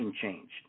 changed